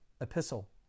epistle